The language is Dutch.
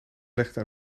legde